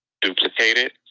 duplicated